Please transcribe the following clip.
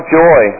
joy